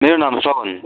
मेरो नाम हो श्रवण